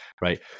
right